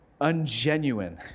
ungenuine